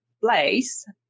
place